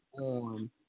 on